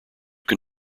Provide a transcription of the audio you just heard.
can